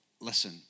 listen